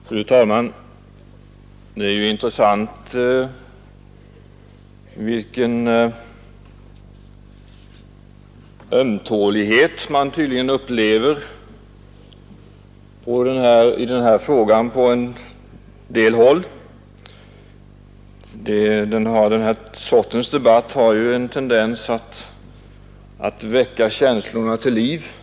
Fru talman! Det är intressant att se den ömtålighet med vilken man på en del håll tydligen upplever den här frågan. Debatten om maktkoncentrationen har en tendens att väcka känslorna till liv.